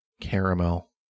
caramel